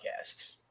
podcasts